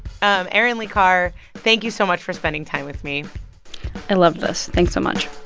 um erin lee carr, thank you so much for spending time with me i loved this. thanks so much